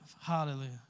Hallelujah